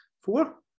four